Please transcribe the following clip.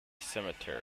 cemetery